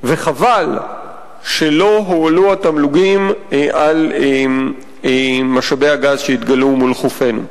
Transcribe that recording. וחבל שלא הועלו התמלוגים על משאבי הגז שהתגלו מול חופינו.